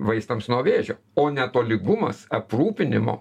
vaistams nuo vėžio o netolygumas aprūpinimo